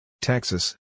Texas